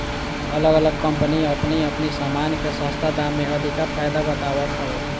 अलग अलग कम्पनी अपनी अपनी सामान के सस्ता दाम में अधिका फायदा बतावत हवे